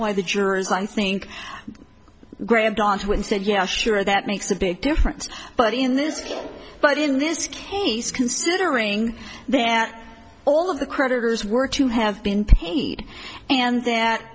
why the jurors i think grabbed onto and said yeah sure that makes a big difference but in this case but in this case considering that all of the creditors were to have been paid and that